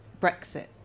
Brexit